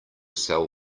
sell